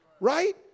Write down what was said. Right